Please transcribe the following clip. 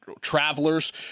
travelers